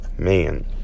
Man